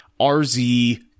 RZ